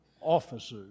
officers